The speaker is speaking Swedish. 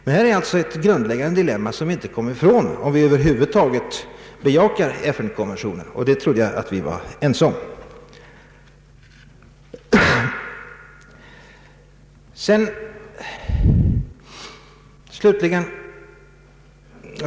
Här existerar alltså ett grundläggande dilemma, som vi inte kommer ifrån, om vi över huvud taget bejakar FN-konventionen, och det trodde jag att vi var ense om.